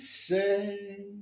say